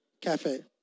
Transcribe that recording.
Cafe